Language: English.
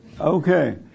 Okay